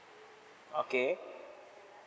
okay